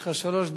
יש לך שלוש דקות.